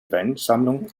weinsammlung